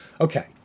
Okay